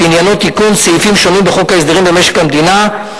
שעניינו תיקון סעיפים שונים בחוק ההסדרים במשק המדינה,